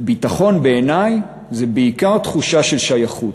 ביטחון, בעיני, זה בעיקר תחושה של שייכות.